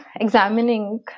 examining